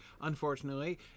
unfortunately